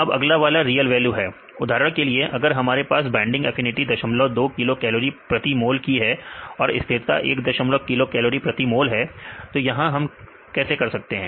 अब अगला वाला रियल वैल्यू है उदाहरण के लिए अगर हमारे पास binding affinity 02 kilocalorie mole की है और स्थिरता 12 किलो कैलोरी मोल है यहां हम कैसे कर सकते हैं